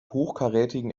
hochkarätigen